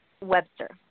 Webster